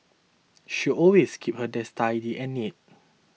she always keeps her desk tidy and neat